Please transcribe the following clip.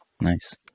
Nice